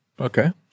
Okay